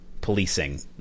policing